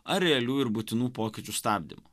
ar realių ir būtinų pokyčių stabdymu